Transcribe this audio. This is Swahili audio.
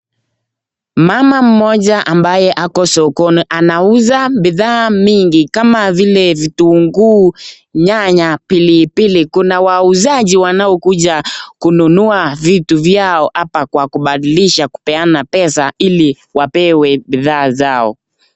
Mama mmoja ambaye ako sokoni anauza bidhaa mingi kama vile vitungu, nyanya ,pilipili, kuna wauzaji wanaokuja kununua vitu vyao apa kwa kubadilisha kupeana pesa ili wapewe bidhaa vyao.